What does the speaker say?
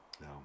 No